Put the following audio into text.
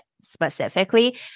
specifically